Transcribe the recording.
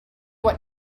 what